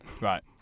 Right